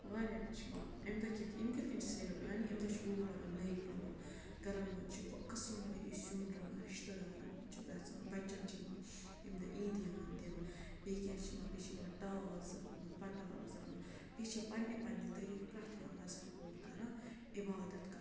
واریاہ چھِ یِوان اَمہِ دۄہ کِتھ یِم کِتھ کٔنۍ چھِ سیل یعنی اَمہِ دۄہ چھِ لُکھ لَگان نٔے پَلَو گَرَن مَنٛز چھِ قٕسٕم وٲری سیُن رَنان رِشتہٕ دارَن ہُنٛد چھِ گژھان بَچَن چھِ یِوان اَمہِ دۄہ عیٖدِیان دِنہٕ بیٚیہِ کینٛہہ چھِ یِوان بیٚیہِ چھِ یِوان ٹاس زالنہٕ پَٹاک زالنہٕ بیٚیہِ چھِ پنٛنہِ پنٛنہِ طٔریٖقہٕ پرٛٮ۪تھ کانٛہہ مَذہَب وول کَران عبادت کران